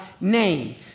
name